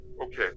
okay